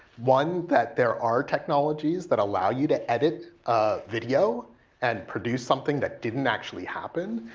one, that there are technologies that allow you to edit a video and produce something that didn't actually happen.